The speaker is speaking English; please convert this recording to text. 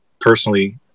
personally